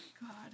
God